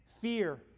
fear